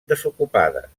desocupades